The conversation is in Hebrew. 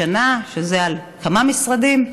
שזה על כמה משרדים.